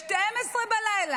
ב-00:00,